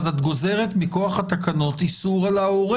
אז את גוזרת מכוח התקנות איסור על ההורה